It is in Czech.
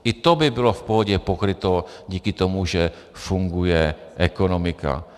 I to by bylo v pohodě pokryto díky tomu, že funguje ekonomika.